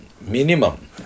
Minimum